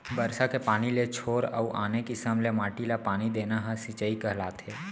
बरसा के पानी के छोर अउ आने किसम ले माटी ल पानी देना ह सिंचई कहलाथे